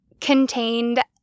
contained